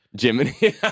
Jiminy